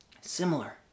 Similar